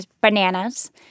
bananas